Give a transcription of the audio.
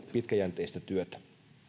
pitkäjänteistä työtä